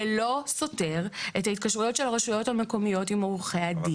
זה לא סותר את ההתקשרויות של הרשויות המקומיות עם עורכי הדין,